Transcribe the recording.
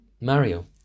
Mario